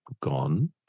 gone